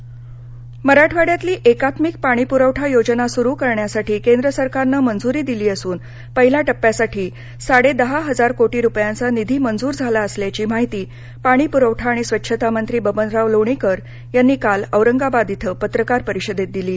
लोणीकर मराठवाड्यातली एकात्मिक पाणी पुरवठा योजना सुरू करण्यासाठी केंद्र सरकारनं मंजुरी दिली असून पहिल्या टप्प्यासाठी साडे दहा हजार कोटी रुपयांचा निधी मंजूर झाला असल्याची माहिती पाणीपुरवठा आणि स्वच्छता मंत्री बबनराव लोणीकर यांनी काल औरंगाबाद इथं पत्रकार परिषदेत दिली